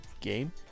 game